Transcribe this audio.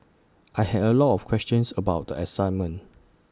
I had A lot of questions about the assignment